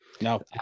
No